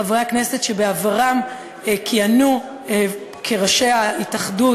חברי כנסת שבעברם כיהנו כראשי ההתאחדות,